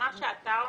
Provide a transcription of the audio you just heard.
מה שאתה אומר,